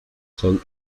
son